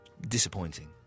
Disappointing